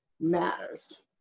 matters